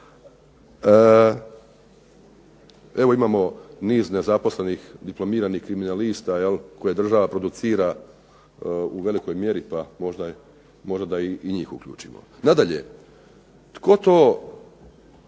Evo imamo niz nezaposlenih diplomiranih kriminalista koje država producira u velikoj mjeri pa možda da i njih uključimo. Nadalje, tko to